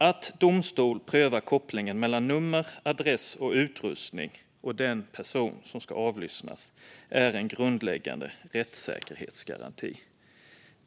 Att domstol prövar kopplingen mellan nummer, adress, utrustning och den person som ska avlyssnas är en grundläggande rättssäkerhetsgaranti.